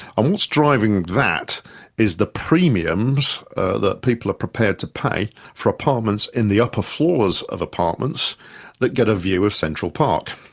and what's driving that is the premiums that people are prepared to pay for apartments in the upper floors of apartments that get a view of central park,